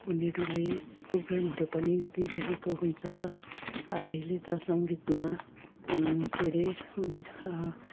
उनीहरूले प्रोग्रामहरू पनि दिइरहेको हुन्छ अहिले त सङ्गीतमा के रे